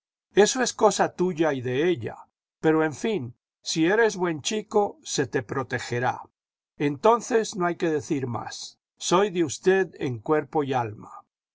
eso es cosa tuya y de ella pero en fin si eres buen chico se te protegerá entonces no hay que decir más soy de usted en cuerpo y alma